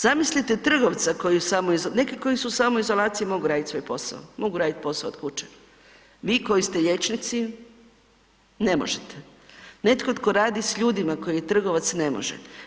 Zamislite trgovca, neki koji su u samoizolaciji mogu raditi svoj posao, mogu raditi posao od kuće, vi koji ste liječnici ne možete, netko tko radi s ljudima tko je trgovac ne može.